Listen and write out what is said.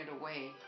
away